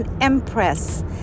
empress